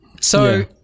So-